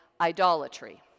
idolatry